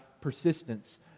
persistence